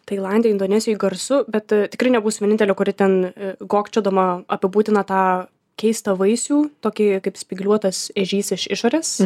tailande indonezijoj garsu bet tikrai nebūsiu vienintelė kuri ten gokčiodama apibūdina tą keistą vaisių tokį kaip spygliuotas ežys iš išorės